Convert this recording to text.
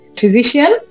physician